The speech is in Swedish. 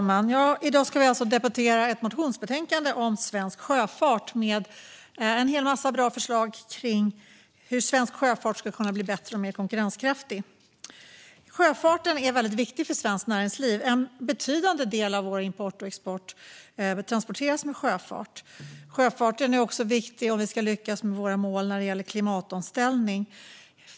Herr talman! Vi ska nu debattera ett motionsbetänkande om sjöfartsfrågor med en hel massa bra förslag om hur svensk sjöfart ska kunna bli bättre och mer konkurrenskraftig. Sjöfarten är viktig för svenskt näringsliv. En betydande del av vår import och export transporteras med sjöfart. Sjöfarten är också viktig om vi ska lyckas nå våra mål för klimatomställning.